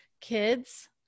kids